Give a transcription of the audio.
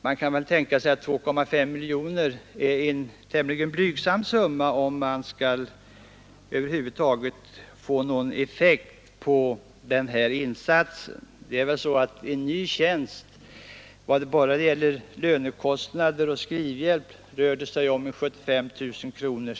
Man kan väl tänka sig att 2,5 miljoner är en tämligen blygsam summa, om det över huvud taget skall bli någon effekt av den här insatsen. Bara när det gäller lönekostnader och skrivhjälp rör sig väl en ny tjänst om 75 000 kronor.